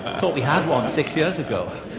thought we had one six years ago.